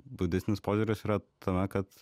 budistinis požiūris yra tame kad